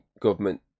government